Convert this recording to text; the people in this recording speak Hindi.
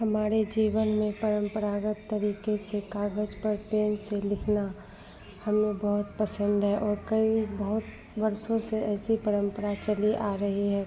हमारे जीवन में परंपरागत तरीके से कागज़ पर पेन से लिखना हमें बहुत पसंद है और कई बहुत वर्षों से ऐसी परंपरा चली आ रही है